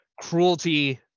cruelty